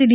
સીડી